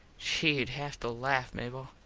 gee, youd haft laft, mable.